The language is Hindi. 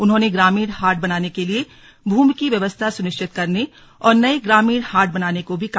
उन्होंने ग्रामीण हाट बनाने के लिए भूमि की व्यवस्था सुनिश्चित करने और नये ग्रामीण हाट बनाने को भी कहा